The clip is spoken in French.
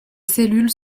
cellules